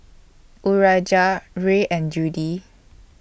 Urijah Rhea and Judy